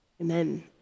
Amen